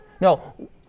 No